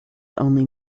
only